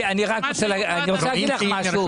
אני רוצה להגיד לך משהו,